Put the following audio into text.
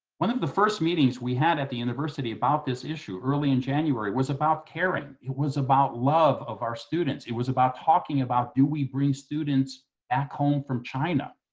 one of the first meetings we had at the university about this issue early in january was about caring. it was about love of our students. it was about talking about, do we bring students back home from china.